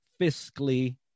fiscally